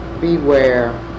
Beware